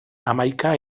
hamaika